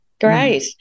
Great